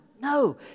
No